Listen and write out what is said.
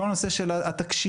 כל הנושא של התקשי"ר,